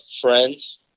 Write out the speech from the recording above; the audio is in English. friends